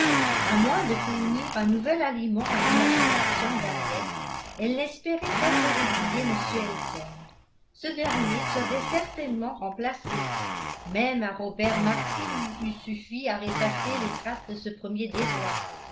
à moins de fournir un nouvel aliment à l'imagination d'henriette elle n'espérait pas faire oublier m elton ce dernier serait certainement remplacé même un robert martin eût suffi à effacer les traces de ce premier déboire